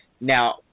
Now